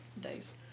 days